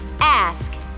Ask